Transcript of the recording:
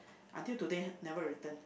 until today never return